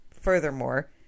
furthermore